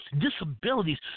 disabilities